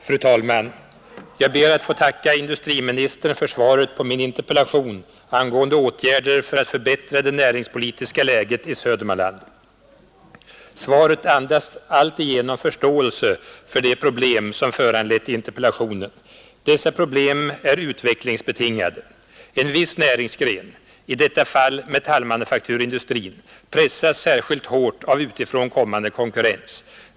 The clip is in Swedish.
Fru talman! Jag ber att få tacka industriministern för svaret på min interpellation angående åtgärder för att förbättra det näringspolitiska läget i Södermanland. Svaret andas alltigenom förståelse för de problem som föranlett interpellationen. Dessa problem är utvecklingsbetingade. En viss näringsgren — i detta fall metallmanufakturindustrin — pressas särskilt hårt av utifrån kommande konkurrens.